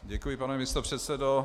Děkuji, pane místopředsedo.